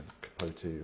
Capote